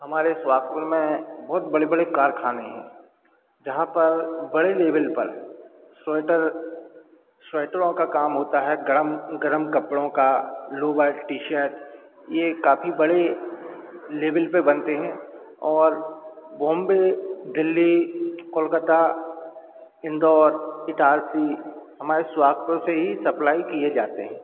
हमारे सोहागपुर में बहुत बड़े बड़े कारखाने हैं जहाँ पर बड़े लेविल पर स्वेटर स्वेटरों का काम होता है गरम गरम कपड़ों का लोवर टी शर्ट ये काफ़ी बड़े लेविल पे बनते हैं और बॉम्बे दिल्ली कोलकता इंदौर इटारसी हमारे सोहागपुर से ही सप्लाई किए जाते हैं